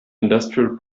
industrial